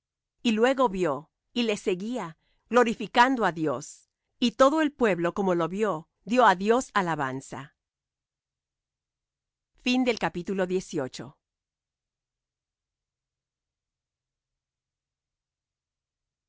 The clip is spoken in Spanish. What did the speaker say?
y luego vió y le seguía glorificando á dios y todo el pueblo como lo vió dió á dios alabanza y